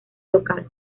local